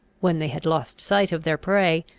when they had lost sight of their prey,